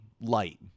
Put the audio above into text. light